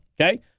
Okay